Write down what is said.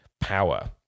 power